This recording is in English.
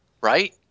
Right